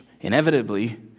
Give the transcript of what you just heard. inevitably